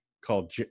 called